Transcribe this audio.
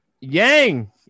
Yang